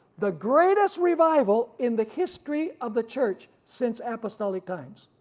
the greatest revival in the history of the church since apostolic times,